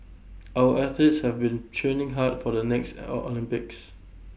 our athletes have been training hard for the next Olympics